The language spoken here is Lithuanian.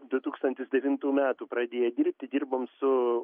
du tūkstantis devintų metų pradėję dirbti dirbom su